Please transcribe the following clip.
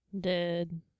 Dead